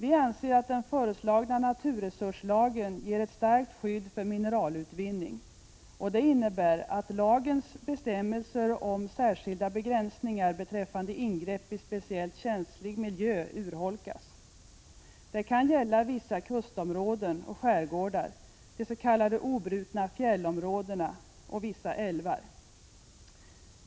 Vi anser att den föreslagna naturresurslagen ger ett starkt skydd för mineralutvinning. Det innebär att lagens bestämmelser om särskilda begränsningar beträffande ingrepp i Prot. 1985/86:124 speciellt känslig miljö urholkas. Det kan gälla vissa kustområden, skärgår 23 april 1986 dar, de s.k. obrutna fjällområdena och vissa älvar.